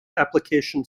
application